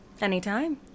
anytime